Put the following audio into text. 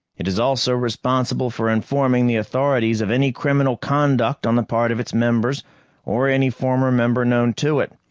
it is also responsible for informing the authorities of any criminal conduct on the part of its members or any former member known to it.